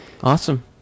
Awesome